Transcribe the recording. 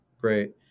great